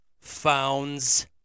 founds